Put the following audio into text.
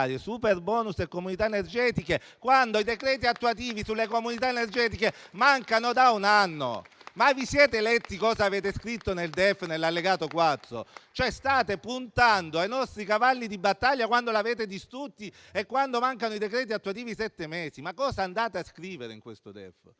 superbonus e comunità energetiche, quando i decreti attuativi sulle comunità energetiche mancano da un anno. Avete almeno letto cosa avete scritto nell'allegato 4 al DEF? State puntando sui nostri cavalli di battaglia dopo che li avete distrutti e quando mancano i decreti attuativi da sette mesi. Cosa andate a scrivere in questo DEF?